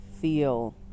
feel